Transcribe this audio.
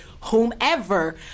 whomever